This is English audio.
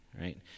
right